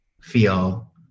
feel